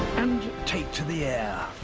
and take to the air.